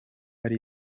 ari